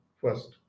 first